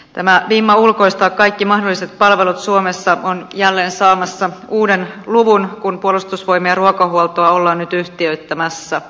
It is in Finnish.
tämä vimma ulkoistaa kaikki mahdolliset palvelut suomessa on jälleen saamassa uuden luvun kun puolustusvoimien ruokahuoltoa ollaan nyt yhtiöittämässä